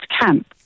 camp